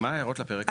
מה ההערות לפרק הזה?